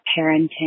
parenting